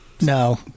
No